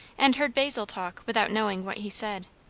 and heard basil talk without knowing what he said.